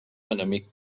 enemic